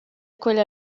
quella